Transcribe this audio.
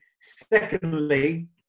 Secondly